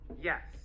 Yes